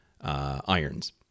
irons